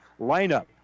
lineup